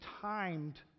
timed